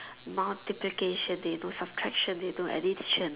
multiplication they know subtraction they know addition